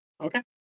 Okay